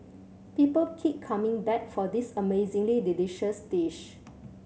people keep coming back for this amazingly delicious dish